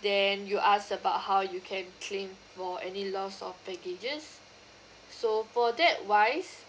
then you asked about how you can claim for any loss of baggage so for that wise